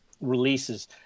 releases